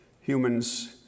humans